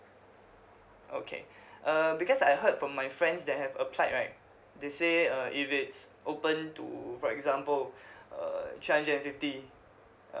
okay uh because I heard from my friends that have applied right they say uh if it's open to for example uh three hundred and fifty err